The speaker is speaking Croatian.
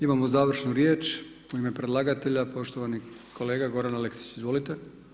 Imamo završnu riječ u ime predlagatelja poštovani kolega Goran Aleksić, izvolite.